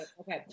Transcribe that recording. okay